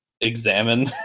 examine